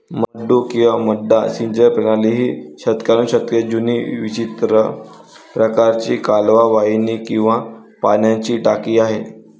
मड्डू किंवा मड्डा सिंचन प्रणाली ही शतकानुशतके जुनी विचित्र प्रकारची कालवा वाहिनी किंवा पाण्याची टाकी आहे